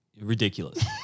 Ridiculous